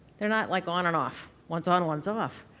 they're not like on and off one's on, one's off.